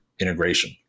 integration